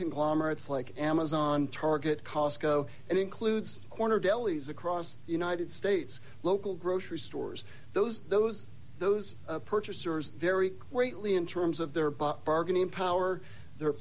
conglomerates like amazon target costco and includes corner delis across the united states local grocery stores those those those purchasers very quaintly in terms of their bargaining power their